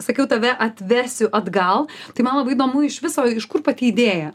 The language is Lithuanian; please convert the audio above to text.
sakiau tave atvesiu atgal tai man labai įdomu iš viso iš kur pati idėja